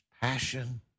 passion